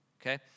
Okay